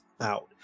out